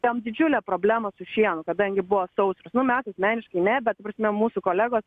tam didžiulę problemą su šienu kadangi buvo sausros mes asmeniškai ne bet ta prasme mūsų kolegos